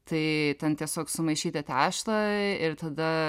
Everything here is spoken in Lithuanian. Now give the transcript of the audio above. tai ten tiesiog sumaišyti tešlą ir tada